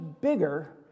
bigger